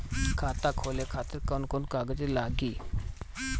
खाता खोले खातिर कौन कौन कागज लागी?